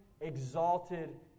exalted